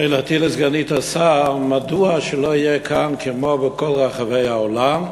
שאלתי לסגנית השר: מדוע שלא יהיה כאן כמו בכל רחבי העולם,